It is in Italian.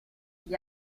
gli